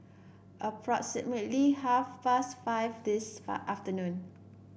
approximately half past five this afternoon